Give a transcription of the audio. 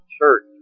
church